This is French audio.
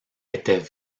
étaient